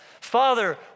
Father